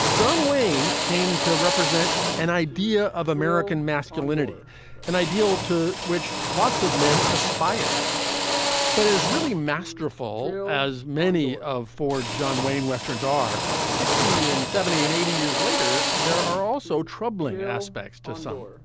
john wayne came to represent an idea of american masculinity an ideal to which lots of men aspired but is really masterful as many of ford's john wayne westerns are sixty and seventy and eighty years later there are also troubling aspects to some.